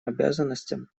обязанностям